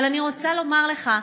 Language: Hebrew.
אבל אני רוצה לומר לך,